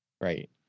right